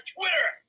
Twitter